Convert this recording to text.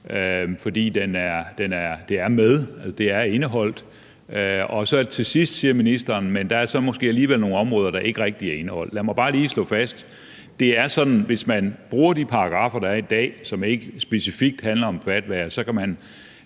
fordi det er med, det er indeholdt. På den anden side siger ministeren så til sidst, at der måske alligevel er nogle områder, der ikke rigtig er indeholdt. Lad mig bare lige slå fast, at det er sådan, at hvis man bruger de paragraffer, der er i dag, som ikke specifikt handler om fatwaer, kan man